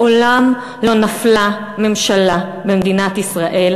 מעולם לא נפלה ממשלה במדינת ישראל